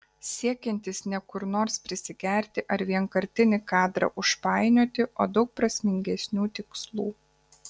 siekiantis ne kur nors prisigerti ar vienkartinį kadrą užpainioti o daug prasmingesnių tikslų